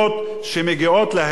אני אומר לממשלה הזאת,